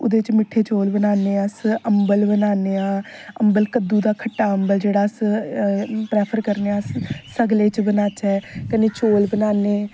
ओहदे च मिट्ठे चौल बनान्ने आं अस अबंल बनान्ने आं अबंल कद्दू दा खट्टा अंबल जेहड़ा अस प्रैफर करने आं अस सगले च बनाचै कन्नै चौल बनान्ने